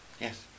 Yes